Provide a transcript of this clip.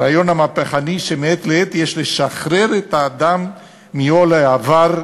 הרעיון המהפכני שמעת לעת יש לשחרר את האדם מעול העבר,